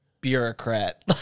bureaucrat